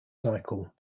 cycle